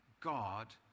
God